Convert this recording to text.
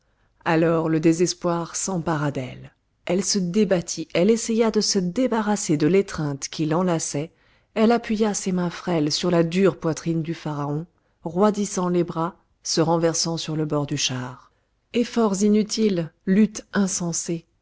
alors le désespoir s'empara d'elle elle se débattit elle essaya de se débarrasser de l'étreinte qui l'enlaçait elle appuya ses mains frêles sur la dure poitrine du pharaon raidissant les bras se renversant sur le bord du char efforts inutiles lutte insensée